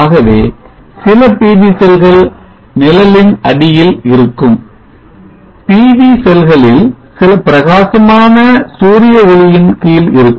ஆகவே சில PV செல்கள் நிழலின் அடியில் இருக்கும் PV செல்களில் சில பிரகாசமான சூரிய ஒளியின் கீழ் இருக்கும்